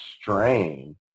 strain